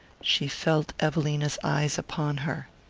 she felt evelina's eyes upon her.